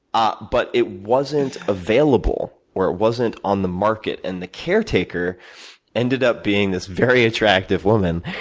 ah but, it wasn't available, or it wasn't on the market, and the caretaker ended up being this very attractive woman,